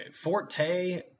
Forte